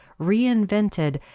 reinvented